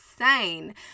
insane